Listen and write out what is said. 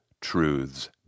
truths